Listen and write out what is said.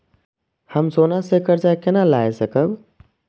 हम सोना से कर्जा केना लाय सकब?